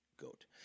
goat